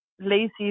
lazy